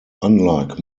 unlike